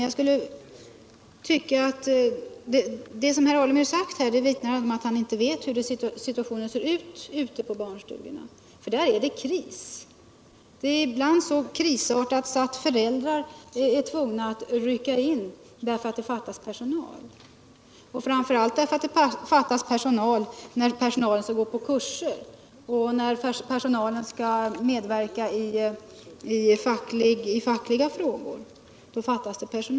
Jag tycker det herr Alemyr sagt vittnar om att han inte vet hur situationen är ute i barnstugorna — där är det kris. Det är ibland så krisartat att föräldrar är tvungna att rycka in därför att det fattas personal - framför allt när personal skall gå på kurser eller medverka i fackliga frågor.